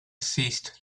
ceased